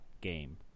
game